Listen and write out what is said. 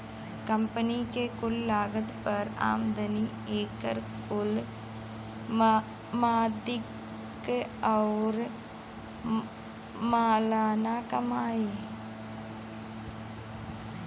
company के कुल लागत पर आमदनी, एकर कुल मदिक आउर सालाना कमाई